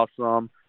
awesome